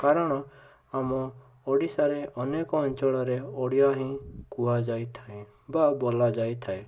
କାରଣ ଆମ ଓଡ଼ିଶାରେ ଅନେକ ଅଞ୍ଚଳରେ ଓଡ଼ିଆ ହିଁ କୁହାଯାଇଥାଏ ବା ବୋଲାଯାଇଥାଏ